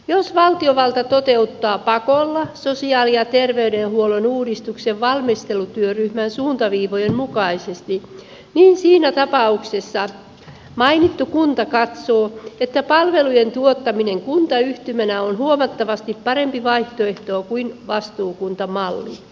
jos valtiovalta toteuttaa pakolla sosiaali ja terveydenhuollon uudistuksen valmistelutyöryhmän suuntaviivojen mukaisesti niin siinä tapauksessa mainittu kunta katsoo että palvelujen tuottaminen kuntayhtymänä on huomattavasti parempi vaihtoehto kuin vastuukuntamalli